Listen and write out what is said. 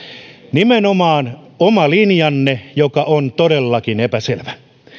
nimenomaan oma linjanne joka on todellakin epäselvä